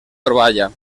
troballa